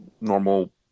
normal